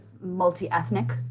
multi-ethnic